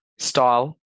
style